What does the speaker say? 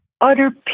utter